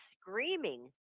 screaming